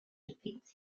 depicts